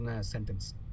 sentence